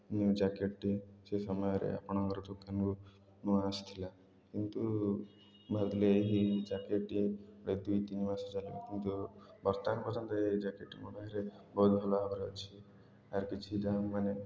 ଜ୍ୟାକେଟ୍ଟି ସେ ସମୟରେ ଆପଣଙ୍କର ଦୋକାନକୁ ନୂଆ ଆସିଥିଲା କିନ୍ତୁ ମୁଁ ଭାବିଲି ଏହି ଜ୍ୟାକେଟ୍ଟି ଗୋଟେ ଦୁଇ ତିନି ମାସ ଚାଲିବି କିନ୍ତୁ ବର୍ତ୍ତମାନ ପର୍ଯ୍ୟନ୍ତ ଏଇ ଜ୍ୟାକେଟ୍ଟି ମୋ ବାହାରେ ବହୁତ ଭଲ ଭାବରେ ଅଛି ଆର୍ କିଛି ଦାମ୍ ମାନେ